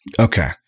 Okay